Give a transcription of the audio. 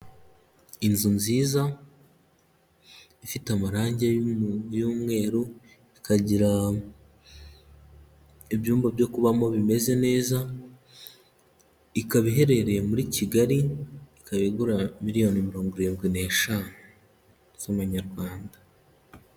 Inzu nziza ifite amarangi y'umweru, ikagira ibyumba byo kubamo bimeze neza, ikaba iherereye muri Kigali, ikaba igura miliyoni mirongo irindwi n'eshanu z'amanyarwanda.